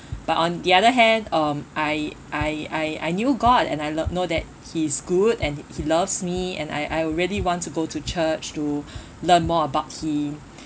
but on the other hand um I I I I knew god and I lo~ know that he is good and he loves me and I I really want to go to church to learn more about him